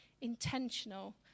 intentional